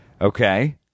Okay